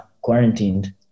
quarantined